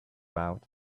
about